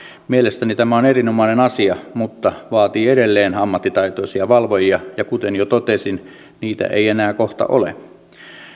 mielestäni tämä on erinomainen asia mutta vaatii edelleen ammattitaitoisia valvojia ja kuten jo totesin niitä ei enää kohta ole